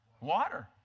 Water